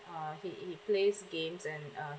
okay he plays games and uh